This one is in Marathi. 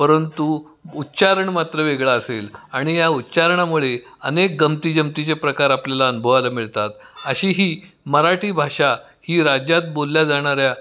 परंतु उच्चारण मात्र वेगळा असेल आणि या उच्चारणामुळे अनेक गमतीजमतीचे प्रकार आपल्याला अनुभवायला मिळतात अशी ही मराठी भाषा ही राज्यात बोलल्या जाणाऱ्या